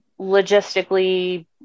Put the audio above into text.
logistically